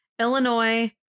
Illinois